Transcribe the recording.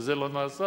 וזה לא נעשה.